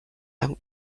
lang